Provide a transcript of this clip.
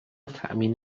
تأمین